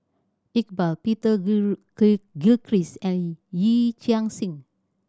Iqbal Peter Gilchrist and Yee Chia Hsing